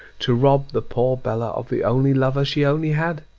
to rob the poor bella of the only lover she only had